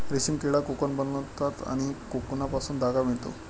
रेशीम किडा कोकून बनवतात आणि कोकूनपासून धागा मिळतो